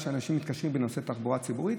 עשרות אנשים מתקשרים בנושא התחבורה הציבורית.